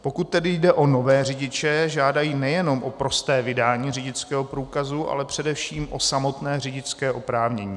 Pokud tedy jde o nové řidiče, žádají nejenom o prosté vydání řidičského průkazu, ale především o samotné řidičské oprávnění.